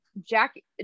Jackie